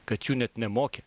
kad jų net nemokė